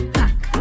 pack